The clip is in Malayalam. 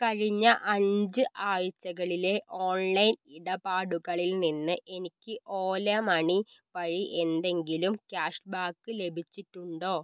കഴിഞ്ഞ അഞ്ച് ആഴ്ചകളിലെ ഓൺലൈൻ ഇടപാടുകളിൽ നിന്ന് എനിക്ക് ഓല മണി വഴി എന്തെങ്കിലും ക്യാഷ്ബാക്ക് ലഭിച്ചിട്ടുണ്ടോ